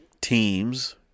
teams